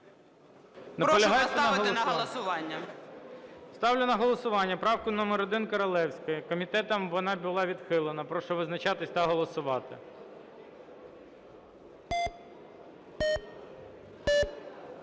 Прошу поставити на голосування. ГОЛОВУЮЧИЙ. Ставлю на голосування правку номер 1 Королевської. Комітетом вона була відхилена. Прошу визначатися та голосувати.